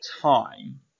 time